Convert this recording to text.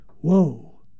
Whoa